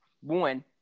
one